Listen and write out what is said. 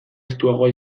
estuagoa